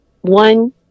one